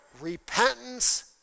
repentance